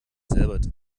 selbst